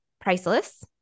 priceless